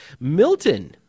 Milton